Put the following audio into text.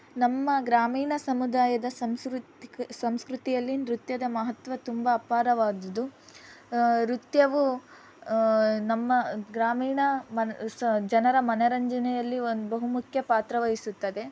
ನಮ್ಮ ಗ್ರಾಮೀಣ ಸಮುದಾಯದ ಸಾಂಸೃತಿಕ ಸಂಸೃತಿಯಲ್ಲಿ ನೃತ್ಯದ ಮಹತ್ವ ತುಂಬ ಅಪಾರವಾದದ್ದು ನೃತ್ಯವು ನಮ್ಮ ಗ್ರಾಮೀಣ ಮನ ಸ ಜನರ ಮನೋರಂಜನೆಯಲ್ಲಿ ಒಂದು ಬಹು ಮುಖ್ಯ ಪಾತ್ರವಹಿಸುತ್ತದೆ